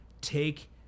take